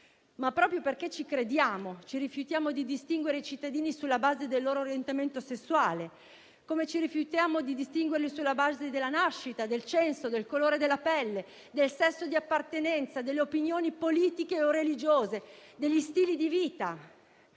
Proprio perché ci crediamo, ci rifiutiamo di distinguere i cittadini sulla base dell'orientamento sessuale, come ci rifiutiamo di farlo sulla base della nascita, del censo, del colore della pelle, del sesso di appartenenza, delle opinioni politiche o religiose o degli stili di vita.